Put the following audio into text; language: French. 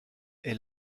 est